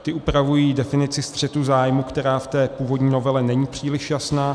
Ty upravují definici střetu zájmů, která v té původní novele není příliš jasná.